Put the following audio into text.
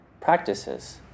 practices